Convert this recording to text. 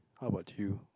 how about you